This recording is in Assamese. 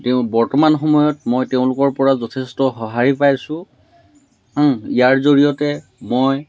তেওঁ বৰ্তমান সময়ত মই তেওঁলোকৰ পৰা যথেষ্ট সহাঁৰি পাইছোঁ ইয়াৰ জৰিয়তে মই